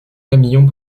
camions